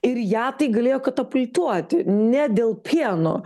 ir ją tai galėjo katapultuoti ne dėl pieno